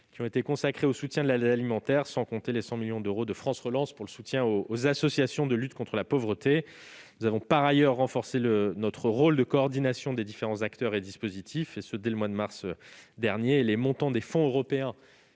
ont été consacrés au soutien de l'aide alimentaire, sans compter les 100 millions d'euros du plan France Relance pour le soutien aux associations de lutte contre la pauvreté. En parallèle, nous avons renforcé notre rôle de coordination des différents acteurs et dispositifs, dès le mois de mars 2020. Les montants des fonds européens